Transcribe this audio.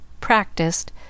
practiced